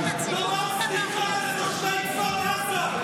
אתה לא